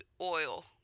oil